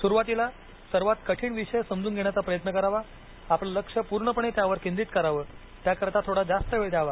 सुरुवातीला सर्वात कठीण विषय समजून घेण्याचा प्रयत्न करावा आपलं लक्ष पूर्णपणे त्यावर केंद्रित करावं त्याकरता थोडा जास्त वेळ द्यावा